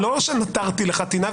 לא שנטרתי לך טינה,